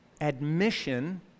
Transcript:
Admission